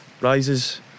rises